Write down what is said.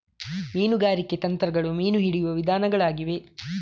ಮೀನುಗಾರಿಕೆ ತಂತ್ರಗಳು ಮೀನು ಹಿಡಿಯುವ ವಿಧಾನಗಳಾಗಿವೆ